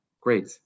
great